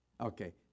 Okay